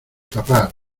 tapar